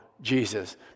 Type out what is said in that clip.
Jesus